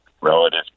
relative